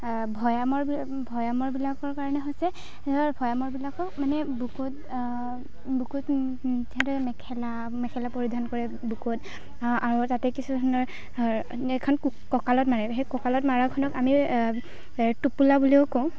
ভৈয়ামৰবিলাক ভৈয়ামৰবিলাকৰ কাৰণে হৈছে ভৈয়ামৰবিলাকৰ মানে বুকুত বুকুত সিহঁতে মেখেলা মেখেলা পৰিধান কৰে বুকুত আৰু তাতে কিছু ধৰণৰ মানে এখন কঁকালত মাৰে সেই কঁকালত মাৰাখনক আমি টোপোলা বুলিও কওঁ